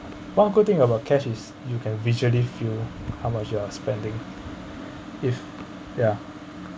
one good thing about cash you can visually feel how much you are spending if ya